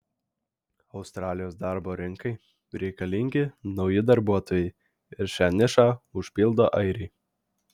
australijos darbo rinkai reikalingi nauji darbuotojai ir šią nišą užpildo airiai